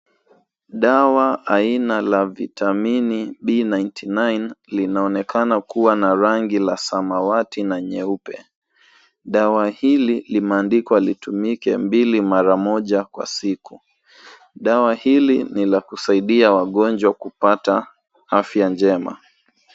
Dawa aina la vitamini B99 linaonekana kuwa na rangi la samawati na nyeupe. Dawa hili limeandikwa litumike mbili mara moja kwa siku. Dawa hili ni la kusaidia wagonjwa kupata afya njema.